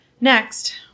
Next